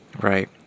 Right